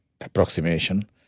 approximation